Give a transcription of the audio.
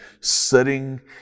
sitting